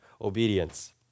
obedience